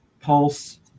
pulse